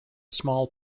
small